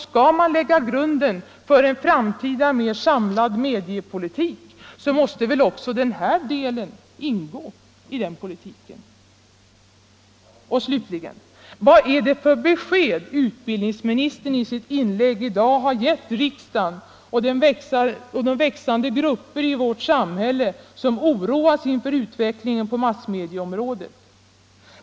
Skall man lägga grunden för en framtida, mera samlad mediepolitik, så måste väl också denna del ingå i den politiken. Vad är det slutligen för besked som utbildningsministern i dag har lämnat riksdagen och de växande grupper i vårt samhälle som oroas inför utvecklingen på massmedieområdet?